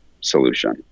solution